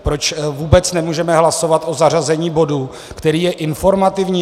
Proč vůbec nemůžeme hlasovat o zařazení bodu, který je informativní?